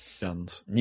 guns